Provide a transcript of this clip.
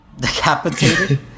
Decapitated